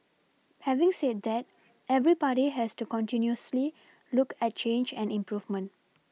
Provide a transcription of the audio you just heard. having said that every party has to continuously look at change and improvement